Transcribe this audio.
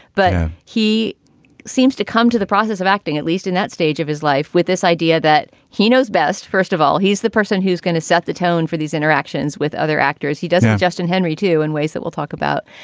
but he seems to come to the process of acting, at least in that stage of his life, with this idea that he knows best. first of all, he's the person who's going to set the tone for these interactions with other actors. he doesn't. justin henry, too, in ways that we'll talk about.